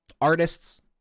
artists